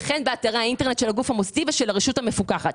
וכן באתרי האינטרנט של הגוף המוסדי ושל הרשות המפוקחת.